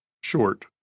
short